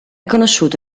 conosciuto